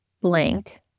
blank